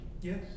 Yes